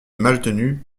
maltenu